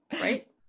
right